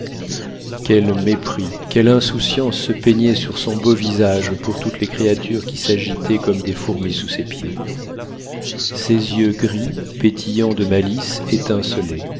quel mépris quelle insouciance se peignaient sur son beau visage pour toutes les créatures qui s'agitaient comme des fourmis sous ses pieds ses yeux gris pétillants de malice